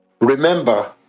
Remember